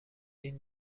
این